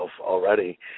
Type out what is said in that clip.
already